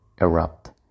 erupt